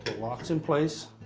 but locks in place,